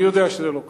אני יודע שזה לא כך,